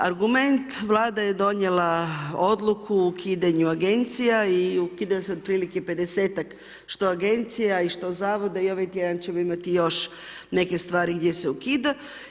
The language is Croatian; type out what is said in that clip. Argument, Vlada je donijela odluku o ukidanju agencija i ukida se otprilike 50-tak što agencija i što zavoda i ovaj tjedan ćemo imati još neke stvari gdje se ukida.